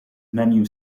menu